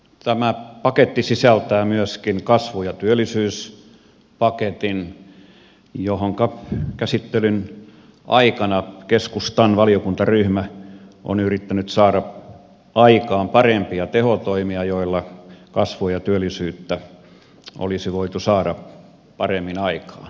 tämä paketti sisältää myöskin kasvu ja työllisyyspaketin johonka käsittelyn aikana keskustan valiokuntaryhmä on yrittänyt saada aikaan parempia tehotoimia joilla kasvua ja työllisyyttä olisi voitu saada paremmin aikaan